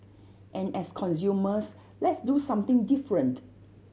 and as consumers let's do something different